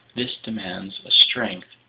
this demands a strength